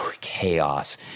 chaos